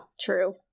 true